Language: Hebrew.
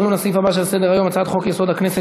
עוברים לסעיף הבא שעל סדר-היום: הצעת חוק-יסוד: הכנסת